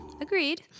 Agreed